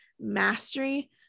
mastery